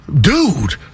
dude